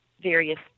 various